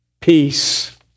peace